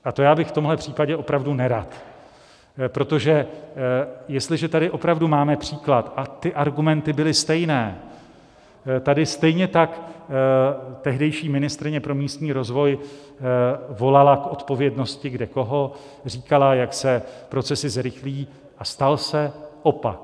A to já bych v tomhle případě opravdu nerad, protože jestliže tady opravdu máme příklad, a ty argumenty byly stejné, tady stejně tak tehdejší ministryně pro místní rozvoj volala k odpovědnosti kdekoho, říkala, jak se procesy zrychlí, a stal se opak.